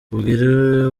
ubwire